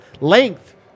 Length